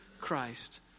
Christ